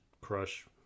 crush